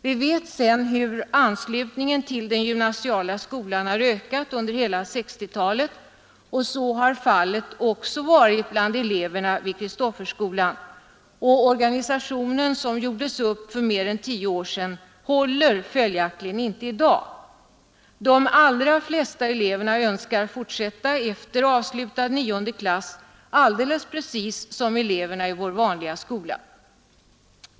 Vi vet sedan hur anslutningen till den gymnasiala skolan har ökat under hela 1960-talet, och så har fallet också varit bland eleverna vid Kristofferskolan. Organisationen som gjordes upp för mer än 10 år sedan håller följaktligen inte i dag. De allra flesta eleverna önskar fortsätta efter avslutad nionde klass, precis som eleverna i vår vanliga skola.